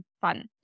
fun